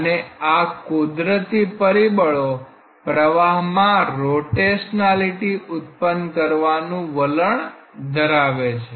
અને આ કુદરતી પરિબળો પ્રવાહમાં રોટેશનાલિટી ઉત્પન્ન કરવાનું વલણ ધરાવે છે